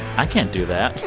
i can't do that.